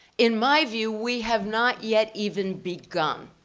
in my view, we have not yet even begun.